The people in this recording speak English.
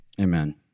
Amen